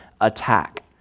attack